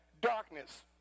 Darkness